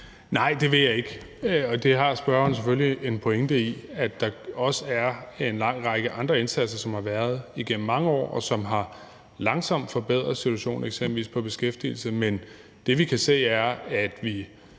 Nej, det vil jeg ikke, og det har spørgeren selvfølgelig en pointe i, altså at der også er en lang række andre indsatser, som har været der igennem mange år, og som langsomt har forbedret situationen eksempelvis med hensyn til beskæftigelse. Men det, vi kan se, er, at det